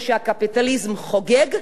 שבהם הקפיטליזם חוגג,